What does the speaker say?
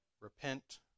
repent